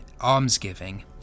almsgiving